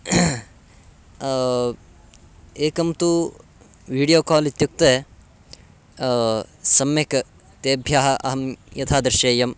एकं तु video call इत्युक्ते सम्यक् तेभ्यः अहं यथा दर्शेयम्